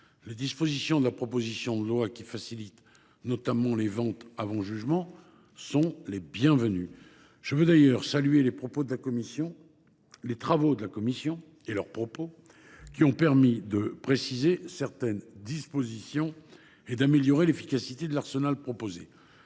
les dispositions de la proposition de loi qui tendent à faciliter notamment les ventes avant jugement sont les bienvenues. Je veux d’ailleurs saluer les travaux de la commission, qui ont permis de préciser certaines dispositions et d’améliorer l’efficacité de l’arsenal proposé.